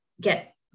get